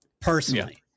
personally